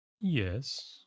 Yes